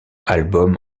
album